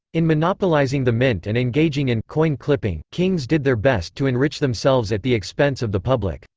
in monopolizing the mint and engaging in coin-clipping, kings did their best to enrich themselves at the expense of the public.